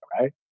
right